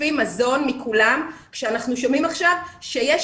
אוספים מזון מכולם כשאנחנו שומעים עכשיו שיש